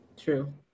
true